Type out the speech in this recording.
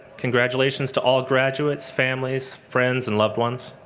congratulations to all graduates, families, friends and loved ones.